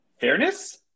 Fairness